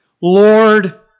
Lord